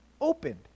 opened